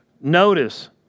Notice